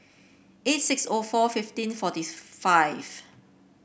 eight six O four fifteen forty five